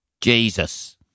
Jesus